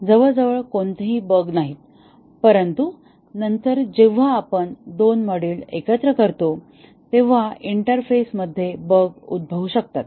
जवळजवळ कोणतेही बग नाहीत परंतु नंतर जेव्हा आपण दोन मॉड्यूल एकत्र ठेवतो तेव्हा इंटरफेसमध्ये बग उद्भवू शकतात